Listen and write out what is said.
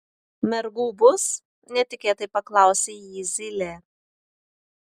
mergų bus netikėtai paklausė jį zylė